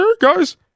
guys